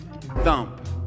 thump